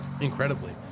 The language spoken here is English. Incredibly